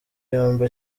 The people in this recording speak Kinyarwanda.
yombi